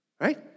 Right